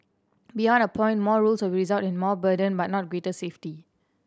beyond a point more rules will result in more burden but not greater safety